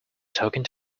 talking